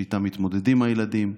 שאיתם מתמודדים הילדים,